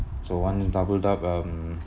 so once doubled up um